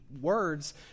words